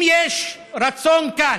אם יש רצון כאן,